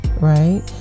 right